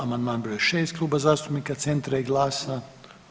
Amandman br. 6. Kluba zastupnika Centra i GLAS-a.